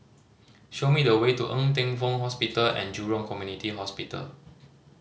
show me the way to Ng Teng Fong Hospital And Jurong Community Hospital